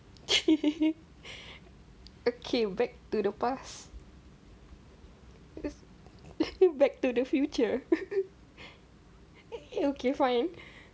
okay back to the past back to the future okay okay fine